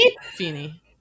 Feeny